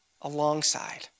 alongside